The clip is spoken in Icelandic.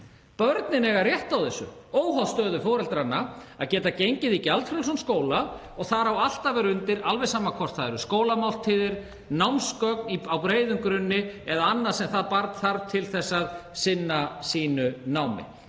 Börnin eiga rétt á því, óháð stöðu foreldranna, að geta gengið í gjaldfrjálsan skóla og þar á allt að vera undir, alveg sama hvort það eru skólamáltíðir, námsgögn á breiðum grunni eða annað sem barn þarf til að sinna sínu námi.